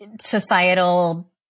societal